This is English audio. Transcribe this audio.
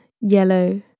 yellow